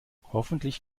hoffentlich